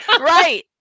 Right